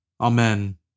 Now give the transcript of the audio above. Amen